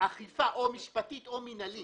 או משפטית או מנהלית.